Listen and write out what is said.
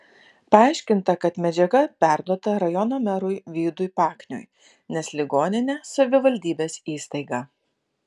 paaiškinta kad medžiaga perduota rajono merui vydui pakniui nes ligoninė savivaldybės įstaiga